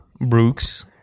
Brooks